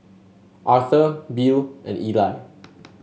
Arthur Bill and Ely